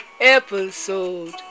episode